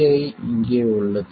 Vi இங்கே உள்ளது